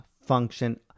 function